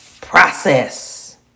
process